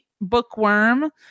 bookworm